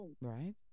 Right